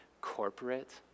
corporate